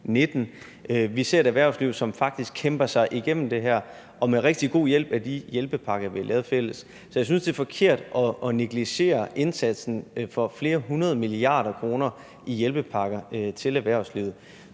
Vi ser et erhvervsliv, som faktisk kæmper sig igennem det her og med rigtig god hjælp af de hjælpepakker, vi har lavet i fællesskab. Så jeg synes, det er forkert at negligere indsatsen for flere hundrede milliarder kroner i hjælpepakker til erhvervslivet.